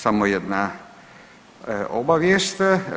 Samo jedna obavijest.